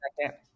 second